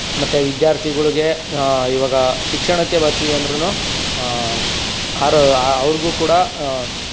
ಮತ್ತೆ ವಿದ್ಯಾರ್ಥಿಗಳಿಗೆ ಇವಾಗ ಶಿಕ್ಷಣಕ್ಕೆ ಬರ್ತೀವಿ ಅಂದ್ರೂ ಆರು ಅವ್ರಿಗೂ ಕೂಡ